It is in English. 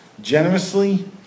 generously